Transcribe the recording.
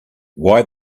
why